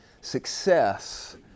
success